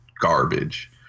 garbage